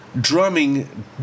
drumming